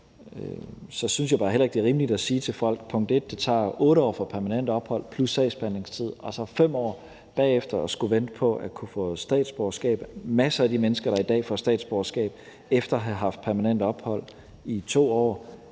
Så synes jeg bare heller ikke, at det er rimeligt at sige til folk, at det tager 8 år at få permanent ophold plus sagsbehandlingstid og så 5 år bagefter, hvor de skal vente på at kunne få statsborgerskab. Masser af de mennesker, der i dag får dansk statsborgerskab efter at have haft permanent ophold i 2 år,